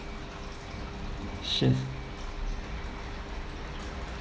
shit